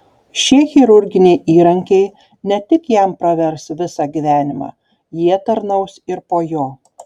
šie chirurginiai įrankiai ne tik jam pravers visą gyvenimą jie tarnaus ir po jo